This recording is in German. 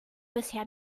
bisher